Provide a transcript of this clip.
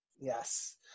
yes